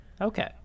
Okay